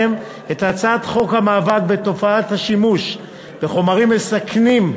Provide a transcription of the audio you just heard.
בפניכם את הצעת חוק המאבק בתופעת השימוש בחומרים מסכנים,